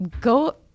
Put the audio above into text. go